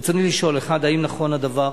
רצוני לשאול: 1. האם נכון הדבר?